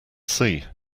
see